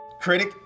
Critic